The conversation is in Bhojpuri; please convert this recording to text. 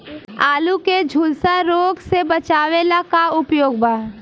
आलू के झुलसा रोग से बचाव ला का उपाय बा?